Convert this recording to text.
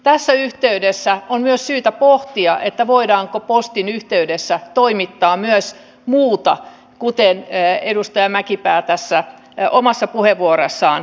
tässä yhteydessä on myös syytä pohtia voidaanko postin yhteydessä toimittaa myös muuta kuten edustaja mäkipää omassa puheenvuorossaan pohdiskeli